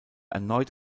erneut